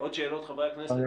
שאלות נוספות של חברי הכנסת?